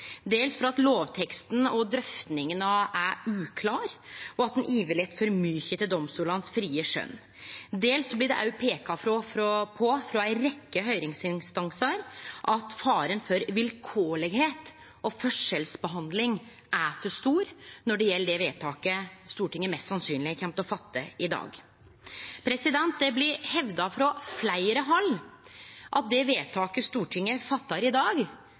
dels fordi lovteksten og drøftingane er uklåre, og at ein overlèt for mykje til domstolane sitt frie skjøn. Dels blir det òg frå ei rekkje høyringsinstansar peika på at faren for vilkårlegheit og forskjellsbehandling er for stor når det gjeld det vedtaket Stortinget mest sannsynleg kjem til å gjere i dag. Det blir hevda frå fleire hald at det vedtaket Stortinget gjer i dag,